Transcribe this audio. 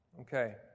Okay